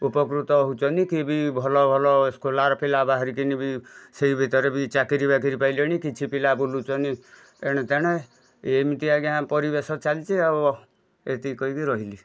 ଉପକୃତ ହେଉଛନ୍ତି କିଏ ବି ଭଲ ଭଲ ସ୍କୋଲାର୍ ପିଲା ବାହାରିକିନି ବି ସେଇ ଭିତରେ ବି ଚାକିରୀବାକିରୀ ପାଇଲେଣି କିଛି ପିଲା ବୁଲୁଛନ୍ତି ଏଣେତେଣେ ଏମିତି ଆଜ୍ଞା ପରିବେଶ ଚାଲିଛି ଆଉ ଏତିକି କହିକି ରହିଲି